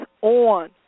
on